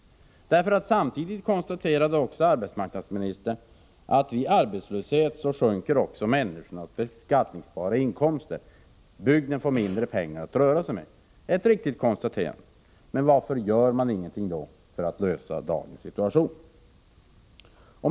I samma debatt konstaterade arbetsmarknadsministern att vid arbetslöshet sjunker människornas beskattningsbara inkomster och bygden får mindre pengar att röra sig med — ett riktigt konstaterande. Men varför gör man ingenting för att förbättra dagens situation?